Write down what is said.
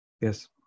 Yes